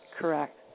Correct